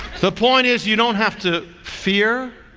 the point is you don't have to fear